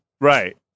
Right